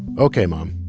ok, mom